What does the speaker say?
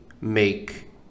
make